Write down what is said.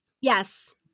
Yes